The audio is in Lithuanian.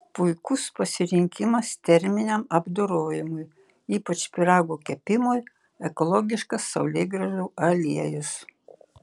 puikus pasirinkimas terminiam apdorojimui ypač pyragų kepimui ekologiškas saulėgrąžų aliejus